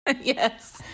Yes